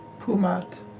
pumat.